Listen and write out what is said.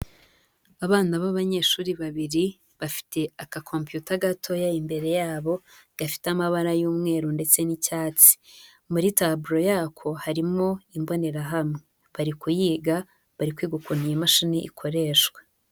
Abana b'abanyeshuri babiri bafite aga computer gatoya imbere yabo, gafite amabara y'umweru ndetse n'icyatsi, muri taburo yako harimo imbonerahamwe, bari kuyiga bari kwiga ukuntu iyi mashini ikoreshwa.